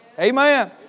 Amen